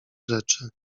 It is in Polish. rzeczy